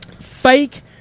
Fake